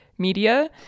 Media